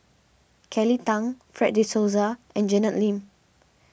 Kelly Tang Fred De Souza and Janet Lim